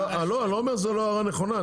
אני לא אומר שזו לא הערה נכונה,